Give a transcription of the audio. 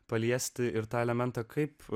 paliesti ir tą elementą kaip